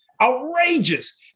outrageous